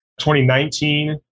2019